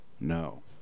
no